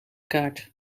kaart